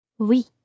Oui